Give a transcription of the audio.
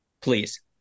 Please